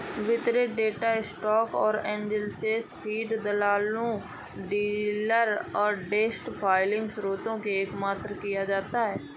वितरित data stock exchange feed, दलालों, dealer desk filing स्रोतों से एकत्र किया जाता है